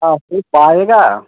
असी पाएगा